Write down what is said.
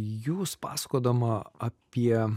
jūs pasakodama apie